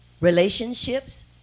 relationships